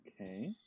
okay